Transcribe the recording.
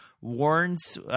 warns